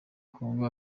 congo